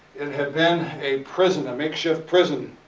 it had been a prison, a makeshift prison,